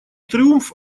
триумф